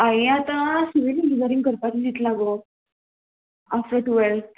हांयें आतां civil engineering करपाचें चिंतला गो आफ्टर टुवेल्थ